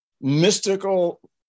mystical